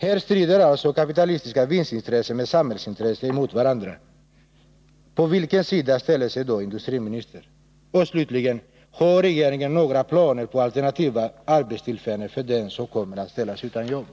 Här strider kapitalistiska vinstintressen och samhällsintressen med varandra. På vilken sida ställer sig industriministern? Och slutligen: Har regeringen några planer på alternativa arbetstillfällen för dem som kommer att ställas utan jobb?